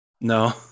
No